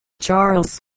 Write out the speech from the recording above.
Charles